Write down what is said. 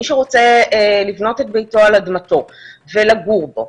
מי שרוצה לבנות את ביתו על אדמתו ולגור בה,